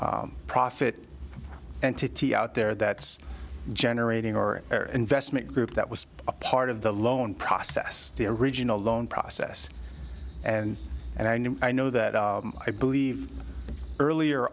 a profit entity out there that's generating or investment group that was a part of the loan process the original loan process and and i knew i know that i believe earlier